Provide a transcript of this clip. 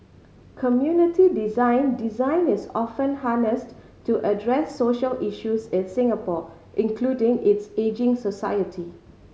community design Design is often harnessed to address social issues in Singapore including its ageing society